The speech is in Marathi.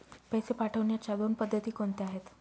पैसे पाठवण्याच्या दोन पद्धती कोणत्या आहेत?